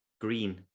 green